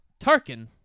Tarkin